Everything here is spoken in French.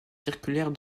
circulaire